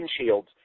windshields